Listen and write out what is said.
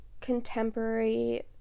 contemporary